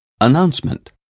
Announcement